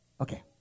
Okay